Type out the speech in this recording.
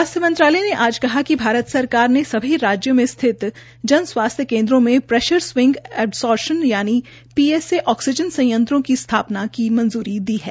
स्वास्थ्य मंत्रालय ने आज कहा कि भारत सरकार ने सभी राज्यों में स्थित जन स्वास्थ्य केन्द्रों में प्रेशर स्विंग एब्जॉर्शन यानि पीएसए ऑक्सीजन संयंत्रों की स्थापना की मंजूरी दी है